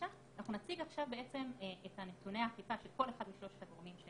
אנחנו נציג עכשיו את נתוני האכיפה של כל אחד משלושת הגורמים,